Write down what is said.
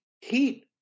Heat